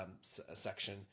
section